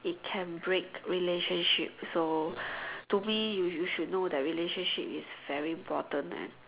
it can break relationship so to me you you should know that relationship is very important and